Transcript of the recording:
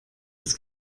das